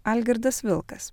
algirdas vilkas